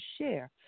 share